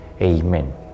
Amen